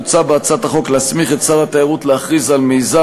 מוצע בהצעת החוק להסמיך את שר התיירות להכריז על מיזם